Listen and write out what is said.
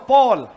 Paul